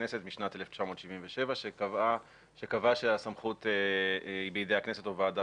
הכנסת משנת 1997 שקבע שהסמכות היא בידי הכנסת וועדה